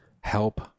Help